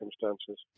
circumstances